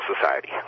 society